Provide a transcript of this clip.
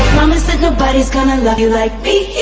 promise that nobody's gonna love you like